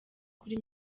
kuri